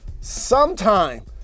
sometime